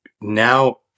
now